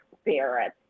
spirit